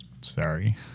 sorry